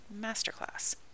Masterclass